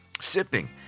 sipping